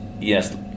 yes